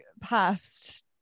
past